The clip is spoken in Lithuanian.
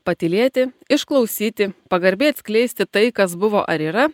patylėti išklausyti pagarbiai atskleisti tai kas buvo ar yra